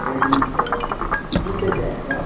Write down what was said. Redmi छ कुन चाहिँ चाहिन्छ